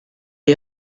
est